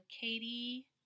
Katie